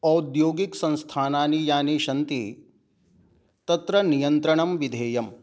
औद्योगिकसंस्थानानि यानि सन्ति तत्र नियन्त्रणं विधेयं